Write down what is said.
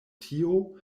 tio